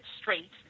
straight